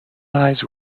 eyes